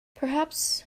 perhaps